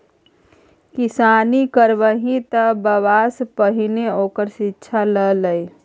किसानी करबही तँ बबासँ पहिने ओकर शिक्षा ल लए